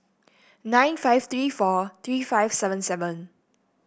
nine five three four three five seven seven